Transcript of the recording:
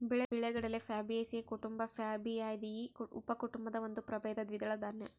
ಬಿಳಿಗಡಲೆ ಪ್ಯಾಬೇಸಿಯೀ ಕುಟುಂಬ ಪ್ಯಾಬಾಯ್ದಿಯಿ ಉಪಕುಟುಂಬದ ಒಂದು ಪ್ರಭೇದ ದ್ವಿದಳ ದಾನ್ಯ